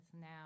now